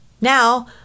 Now